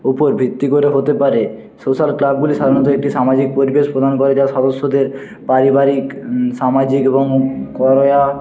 ওপর ভিত্তি করে হতে পারে সোশাল ক্লাবগুলি সাধারণত একটি সামাজিক পরিবেশ প্রদান করে যা সদস্যদের পারিবারিক সামাজিক এবং